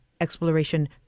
exploration